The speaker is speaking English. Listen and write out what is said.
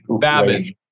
Babin